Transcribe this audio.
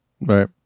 Right